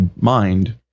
mind